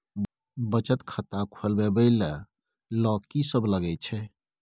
बचत खाता खोलवैबे ले ल की सब लगे छै?